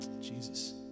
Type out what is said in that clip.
Jesus